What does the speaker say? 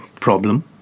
problem